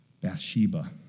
Bathsheba